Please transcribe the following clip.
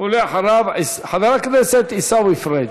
ואחריו, חבר הכנסת עיסאווי פריג'.